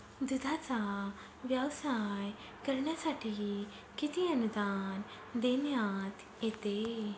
दूधाचा व्यवसाय करण्यासाठी किती अनुदान देण्यात येते?